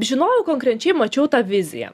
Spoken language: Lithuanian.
žinojau konkrečiai mačiau tą viziją